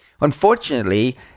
unfortunately